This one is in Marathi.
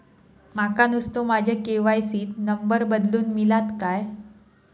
माका नुस्तो माझ्या के.वाय.सी त नंबर बदलून मिलात काय?